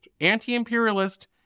anti-imperialist